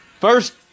First